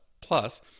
Plus